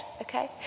Okay